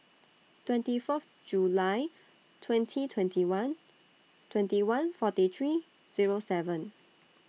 twenty Fourth July twenty twenty one twenty one forty three Zero seven